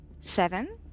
seven